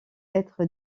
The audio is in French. être